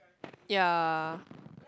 ya